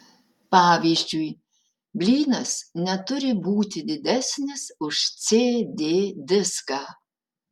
pavyzdžiui blynas neturi būti didesnis už cd diską